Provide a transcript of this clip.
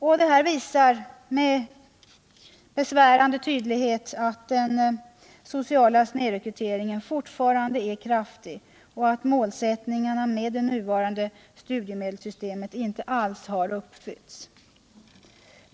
Allt detta visar med besvärande tydlighet att den sociala snedrekryteringen fortfarande är kraftig och att målsättningarna med det nuvarande studiemedelssystemet inte alls har uppfyllts.